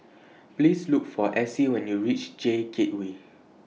Please Look For Essie when YOU REACH J Gateway